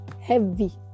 heavy